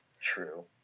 True